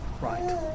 Right